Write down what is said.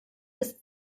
ist